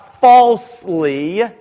falsely